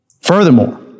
Furthermore